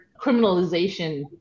criminalization